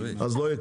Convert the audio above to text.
אז לא יהיה כלום.